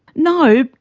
no,